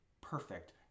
perfect